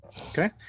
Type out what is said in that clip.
Okay